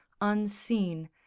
unseen